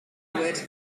forward